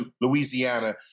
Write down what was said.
Louisiana